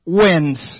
wins